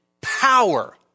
power